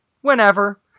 whenever